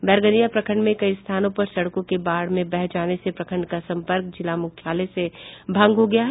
बैरगनिया प्रखंड में कई स्थानों पर सड़कों के बाढ़ में बह जाने से प्रखंड का संपर्क जिला मुख्यालय से भंग हो गया है